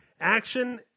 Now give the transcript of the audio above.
Action